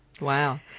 Wow